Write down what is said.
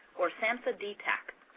or samhsa dtac.